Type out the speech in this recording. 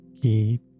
Keep